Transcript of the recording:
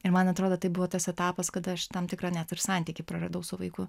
ir man atrodo tai buvo tas etapas kada aš tam tikrą net ir santykį praradau su vaiku